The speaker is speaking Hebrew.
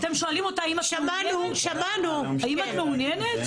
אתם שואלים אותה, האם היא מעוניינת?